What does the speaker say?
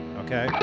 okay